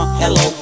hello